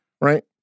Right